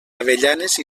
avellanes